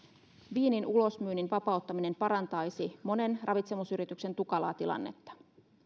viinin ulosmyynnin vapauttaminen parantaisi monen ravitsemusyrityksen tukalaa tilannetta